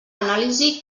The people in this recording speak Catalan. anàlisi